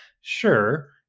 sure